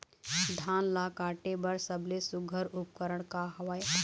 धान ला काटे बर सबले सुघ्घर उपकरण का हवए?